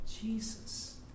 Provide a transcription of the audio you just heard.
Jesus